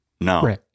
no